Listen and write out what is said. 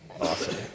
awesome